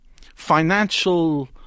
financial